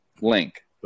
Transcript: Link